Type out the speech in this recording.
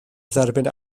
dderbyn